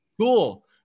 cool